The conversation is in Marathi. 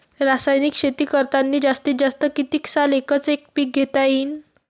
रासायनिक शेती करतांनी जास्तीत जास्त कितीक साल एकच एक पीक घेता येईन?